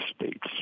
states